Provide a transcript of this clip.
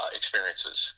experiences